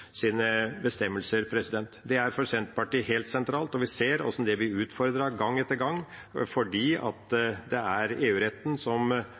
bestemmelser. Det er helt sentralt for Senterpartiet. Vi ser hvordan det blir utfordret gang etter gang fordi